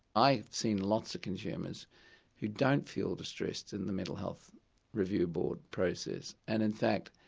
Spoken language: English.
i've seen lots of consumers who don't feel distressed in the mental health review board process, and in fact,